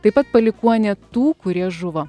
taip pat palikuonė tų kurie žuvo